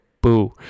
boo